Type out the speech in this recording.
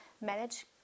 manage